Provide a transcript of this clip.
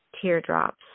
teardrops